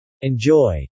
Enjoy